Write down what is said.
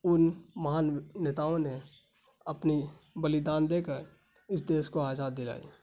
ان مہان نیتاؤں نے اپنی بلیدان دے کر اس دیس کو آزاد دلائی